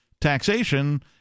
taxation